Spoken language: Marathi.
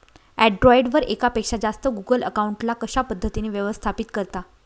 अँड्रॉइड वर एकापेक्षा जास्त गुगल अकाउंट ला कशा पद्धतीने व्यवस्थापित करता?